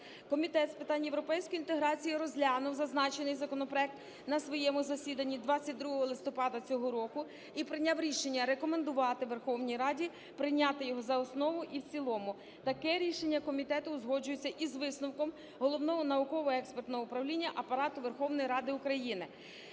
Комітет з питань європейської інтеграції розглянув зазначений законопроект на своєму засіданні 22 листопада цього року і прийняв рішення рекомендувати Верховній Раді прийняти його за основу і в цілому. Таке рішення комітету узгоджується і з висновком Головного науково-експертного управління